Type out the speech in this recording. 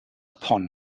upon